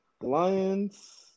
Lions